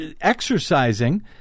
exercising